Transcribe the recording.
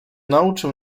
nauczył